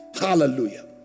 hallelujah